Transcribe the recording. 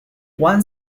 one